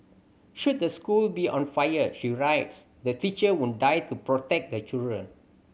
should the school be on fire she writes the teacher would die to protect the children